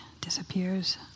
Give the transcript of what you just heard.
disappears